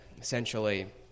essentially